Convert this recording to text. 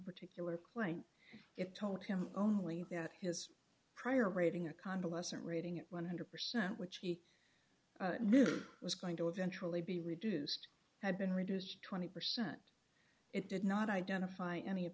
particular claim it told him only that his prior rating a convalescent rating at one hundred percent which he was going to eventually be reduced had been reduced to twenty percent it did not identify any of